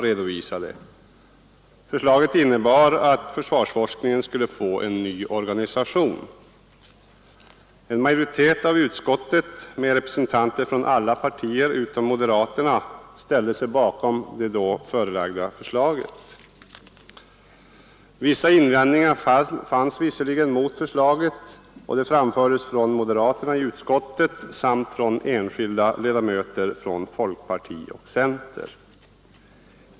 Det förslaget innebar att försvarsforskningen skulle få en ny organisation. En majoritet av utskottet med representanter för alla partier utom moderaterna ställde sig bakom det då framlagda förslaget. Vissa invändningar mot förslaget framfördes dock av moderaterna i utskottet och av enskilda ledamöter från folkpartiet och centern.